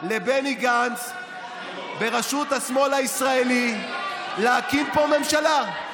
לתת לבני גנץ בראשות השמאל הישראלי להקים פה ממשלה.